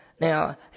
Now